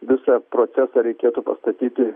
visą procesą reikėtų pastatyti